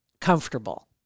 comfortable